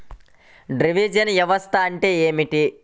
Drainage వ్యవస్థ అంటే ఏమిటి?